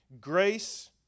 Grace